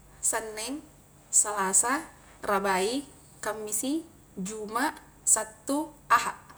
Sanneng, salasa, rabai, kammisi, juma, sattu, aha.